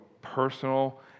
personal